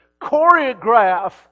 choreograph